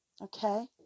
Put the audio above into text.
okay